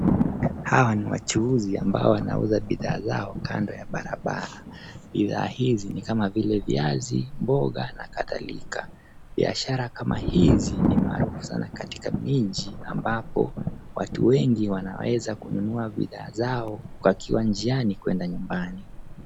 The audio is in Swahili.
Hawa ni wachuuzi ambao wanauza bidhaa zao kando ya barabara. Bidhaa hizi ni kama vile viazi, mboga na kadhalika. Biashara kama hizi ni maarufu sana katika miji ambapo watu wengi wanaweza kununua bidhaa zao wakiwa njiani kuenda nyumbani.